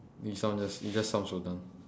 you sound just you just sound so done